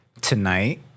tonight